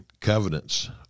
covenants